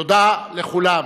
תודה לכולם.